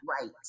Right